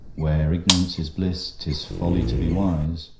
where ignorance is bliss, tis folly to be wise,